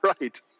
Right